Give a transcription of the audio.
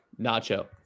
Nacho